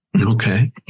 Okay